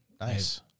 Nice